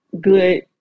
good